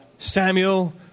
Samuel